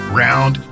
round